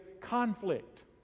conflict